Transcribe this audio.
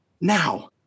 Now